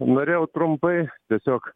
norėjau trumpai tiesiog